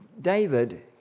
David